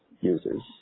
users